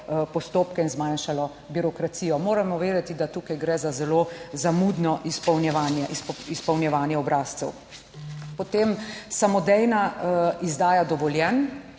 postopke in zmanjšalo birokracijo. Moramo vedeti, da tukaj gre za zelo zamudno izpolnjevanje, izpolnjevanje obrazcev. Potem samodejna izdaja dovoljenj.